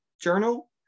journal